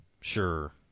sure